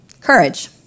courage